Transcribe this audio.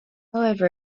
however